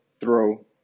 throw